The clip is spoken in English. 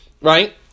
right